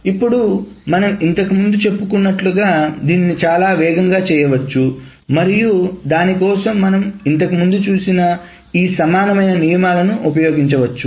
ఇప్పుడు మనము ఇంతకు ముందు చెప్పుకున్నట్లుగా దీన్ని చాలా వేగంగా చేయవచ్చు మరియు దాని కోసం మనం ఇంతకు ముందు చూసిన ఈ సమానమైన నియమాలను ఉపయోగించవచ్చు